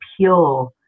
pure